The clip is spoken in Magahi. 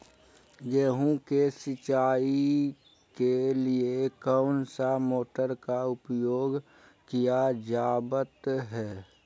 गेहूं के सिंचाई के लिए कौन सा मोटर का प्रयोग किया जावत है?